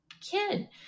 kid